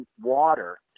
water